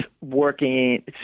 working